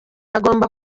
agomba